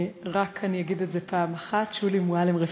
אני רק אגיד את זה פעם אחת: שולי מועלם-רפאלי,